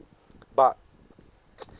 but